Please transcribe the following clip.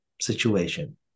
situation